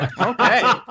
okay